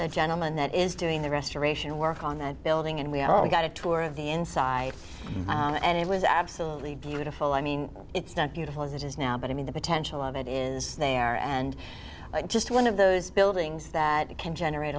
the gentleman that is doing the restoration work on that building and we all got a tour of the inside and it was absolutely beautiful i mean it's not beautiful as it is now but i mean the potential of it is there and just one of those buildings that can generate